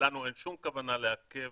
לנו אין שום כוונה לעכב.